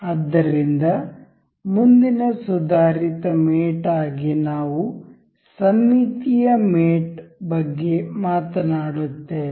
ಆದ್ದರಿಂದ ಮುಂದಿನ ಸುಧಾರಿತ ಮೇಟ್ ಆಗಿ ನಾವು ಸಮ್ಮಿತೀಯ ಮೇಟ್ ಬಗ್ಗೆ ಮಾತನಾಡುತ್ತೇವೆ